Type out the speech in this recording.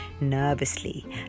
Nervously